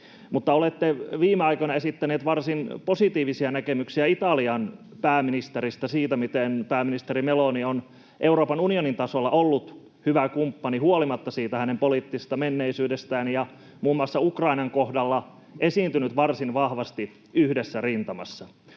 olette viime aikoina esittänyt varsin positiivisia näkemyksiä Italian pääministeristä — miten pääministeri Meloni on Euroopan unionin tasolla ollut hyvä kumppani huolimatta hänen poliittisesta menneisyydestään ja muun muassa Ukrainan kohdalla esiintynyt varsin vahvasti yhdessä rintamassa.